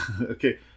okay